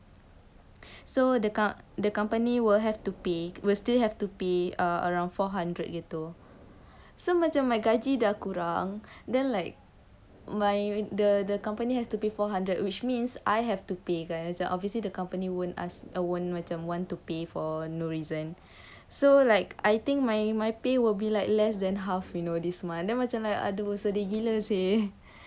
so the com~ the company will have to pay will still have to pay around four hundred gitu so macam my gaji dah kurang then like my the the company has to pay four hundred which means I have to pay kan obviously the company won't ask won't macam want to pay for no reason so like I think my my pay will be like less than half you know this month then macam !aduh! sedih gila seh